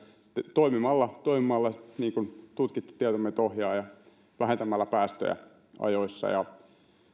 toimimalla toimimalla niin kuin tutkittu tieto meitä ohjaa vähentämällä päästöjä ajoissa ja